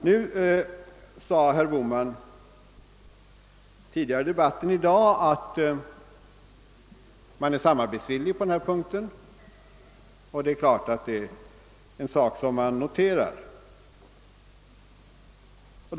Herr Bohman sade tidigare i dagens debatt att man är samarbetsvillig på den här punkten, och det är givet att detta måste noteras med tillfredsställelse.